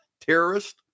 Terrorist